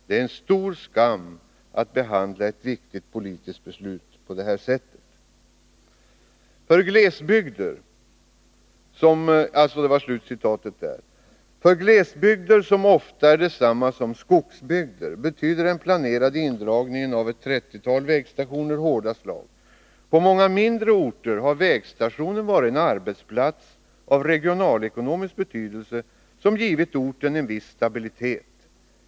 Det är en stor skam att behandla ett viktigt politiskt beslut på det här sättet.” För glesbygder, som ofta är detsamma som skogsbygder, betyder den planerade indragningen av ett 30-tal vägstationer ett hårt slag. På många mindre orter har vägstationen varit en arbetsplats av regionalekonomisk betydelse som givit orten en viss stabilitet.